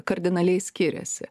kardinaliai skiriasi